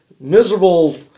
miserable